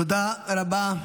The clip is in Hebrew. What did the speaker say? תודה רבה.